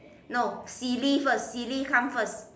no silly first silly come first